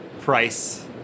price